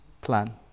plan